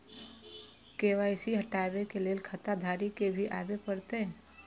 KYC हटाबै के लैल खाता धारी के भी आबे परतै?